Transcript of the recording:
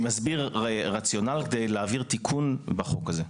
אני מסביר רציונל כדי להעביר תיקון בחוק הזה.